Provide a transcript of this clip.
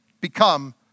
become